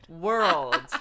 World